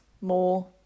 More